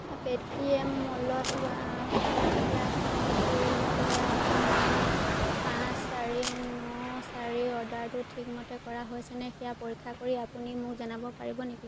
Paytm মলত OnePlus Nord দুইৰ বাবে মোৰ পাঁচ চাৰি ন চাৰিৰ অৰ্ডাৰটো ঠিকমতে কৰা হৈছেনে সেয়া পৰীক্ষা কৰি আপুনি মোক জনাব পাৰিব নেকি